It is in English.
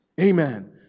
Amen